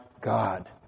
God